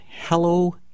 Hello